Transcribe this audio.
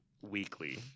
weekly